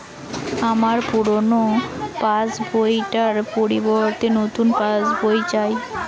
আমার পুরানো পাশ বই টার পরিবর্তে নতুন পাশ বই চাই